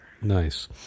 Nice